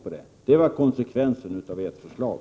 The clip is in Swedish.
Det är konsekvensen av ert förslag.